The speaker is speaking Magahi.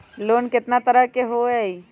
लोन केतना तरह के होअ हई?